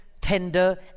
tender